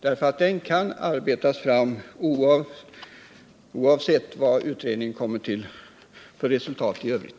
Den kan arbetas fram oavsett vad utredningen kommer till för resultat i övrigt.